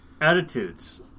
attitudes